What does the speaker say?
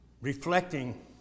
Reflecting